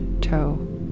toe